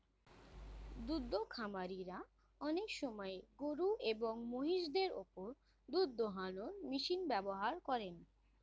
দুদ্ধ খামারিরা অনেক সময় গরুএবং মহিষদের ওপর দুধ দোহানোর মেশিন ব্যবহার করেন